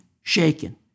shaken